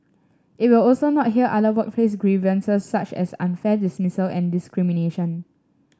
it will also not hear other workplace grievances such as unfair dismissal and discrimination